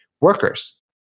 workers